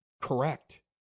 correct